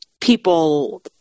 people